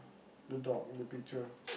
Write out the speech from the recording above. the dog in the picture